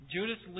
Judas